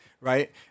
right